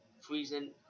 freezing